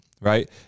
right